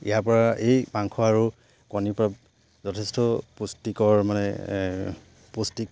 ইয়াৰ পৰা এই মাংস আৰু কণীৰ পৰা যথেষ্ট পুষ্টিকৰ মানে পুষ্টিক